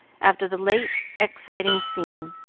after the late exciting scene.